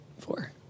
Four